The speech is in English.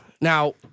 Now